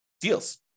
deals